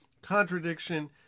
Contradiction